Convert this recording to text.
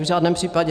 V žádném případě.